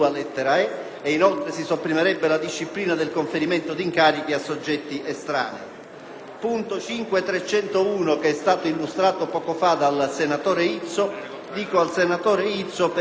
e inoltre si sopprimerebbe la disciplina del conferimento di incarichi a soggetti estranei. Quanto all'emendamento 5.301, che è stato illustrato poco fa dal senatore Izzo,